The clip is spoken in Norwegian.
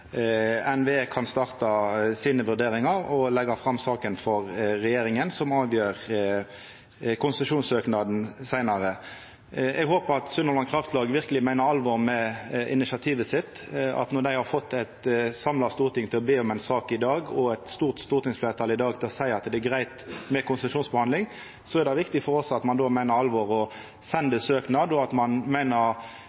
kan starta vurderingane sine og leggja fram saka for regjeringa, som avgjer konsesjonssøknaden seinare. Eg håpar at Sunnhordland Kraftlag verkeleg meiner alvor med initiativet sitt. Når dei har fått eit samla storting til å be om ei sak i dag, og fått eit stort stortingsfleirtal i dag til å seia at det er greitt med konsesjonsbehandling, er det viktig for oss at ein då meiner alvor og